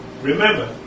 remember